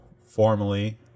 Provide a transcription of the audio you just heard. formally